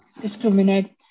discriminate